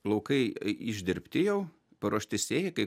laukai išdirbti jau paruošti sėjai kai